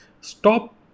stop